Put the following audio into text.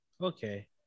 Okay